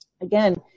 again